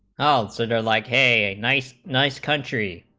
ah a sender like a nice nice country